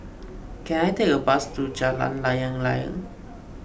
can I take a bus to Jalan Layang Layang